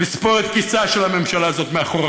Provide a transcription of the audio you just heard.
לספור את קיצה של הממשלה הזאת אחורה,